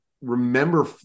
remember